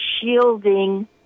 shielding